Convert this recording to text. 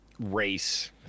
race